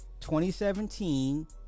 2017